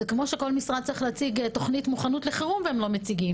זה כמו שכל משרד צריך להציג תוכנית מוכנות לחירום והם לא מציגים.